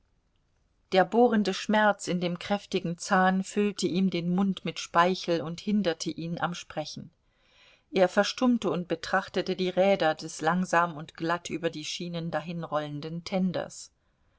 der bohrende schmerz in dem kräftigen zahn füllte ihm den mund mit speichel und hinderte ihn am sprechen er verstummte und betrachtete die räder des langsam und glatt über die schienen dahinrollenden tenders